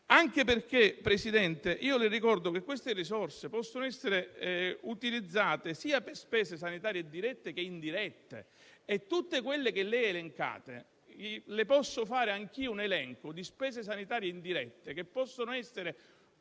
Anche perché, Presidente, io le ricordo che queste risorse possono essere utilizzate per spese sanitarie, sia dirette che indirette. Per tutte quelle che lei ha elencato, le posso fare anch'io un elenco di spese sanitarie indirette che possono essere